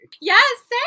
Yes